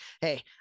Hey